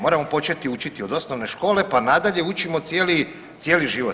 Moramo početi učiti od osnovne škole pa nadalje, učimo cijeli život.